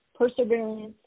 perseverance